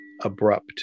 abrupt